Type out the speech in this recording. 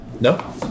No